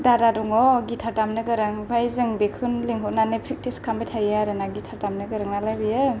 दादा दङ गिटार दामनो गोरों ओमफ्राय जों बिखौनो लिंहरनानै प्रेक्टिस खालामबाय थायो आरोना गिटार दामनो गोरों नालाय बियो